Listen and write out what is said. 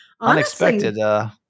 Unexpected